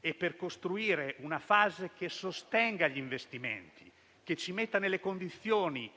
e per costruire una fase che sostenga gli investimenti, che ci metta nelle condizioni,